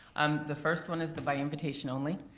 um the first one is the by invitation only.